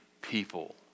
people